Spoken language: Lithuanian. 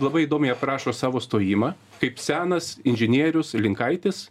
labai įdomiai aprašo savo stojimą kaip senas inžinierius linkaitis